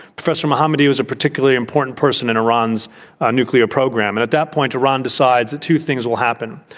professor mohammadi was a particularly important person in iran's nuclear program. and at that point, iran decides that two things will happen.